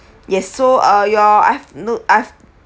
yes so uh you're I've note I've